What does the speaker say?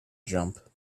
jump